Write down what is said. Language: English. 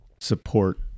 support